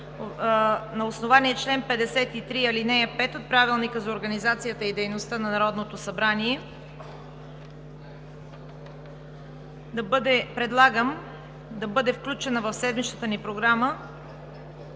на основание чл. 53, ал. 5 от Правилника за организацията и дейността на Народното събрание, предлагам да бъде включена в седмичната ни програма